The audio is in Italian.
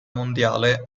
mondiale